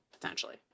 potentially